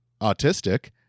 autistic